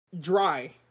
dry